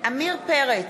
עמיר פרץ,